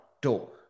door